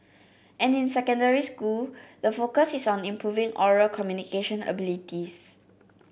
and in secondary school the focus is on improving oral communication abilities